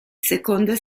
seconda